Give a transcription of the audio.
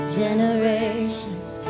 generations